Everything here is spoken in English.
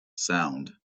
sound